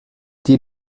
die